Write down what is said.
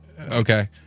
Okay